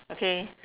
okay